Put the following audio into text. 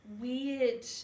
weird